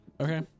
okay